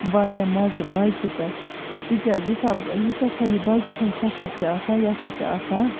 واریاہ مَزٕ باٮ۪کہِ پٮ۪ٹھ تِکیازِ یُسا یُس ہسا یہِ باٮ۪کہِ ہُند سَفر چھُ آسان یہِ سا چھُ آسان